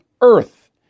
Earth